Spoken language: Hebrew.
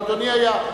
גם אדוני היה?